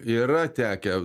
yra tekę